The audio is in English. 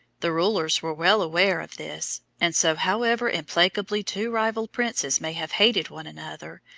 the rulers were well aware of this, and so, however implacably two rival princes may have hated one another,